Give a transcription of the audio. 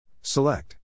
Select